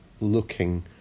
looking